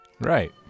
Right